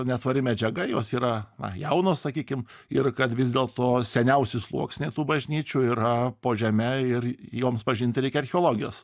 netvari medžiaga jos yra na jaunos sakykim ir kad vis dėlto seniausi sluoksniai tų bažnyčių yra po žeme ir joms pažinti reikia archeologijos